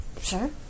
Sure